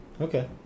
Okay